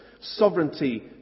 sovereignty